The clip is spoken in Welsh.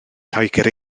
lloegr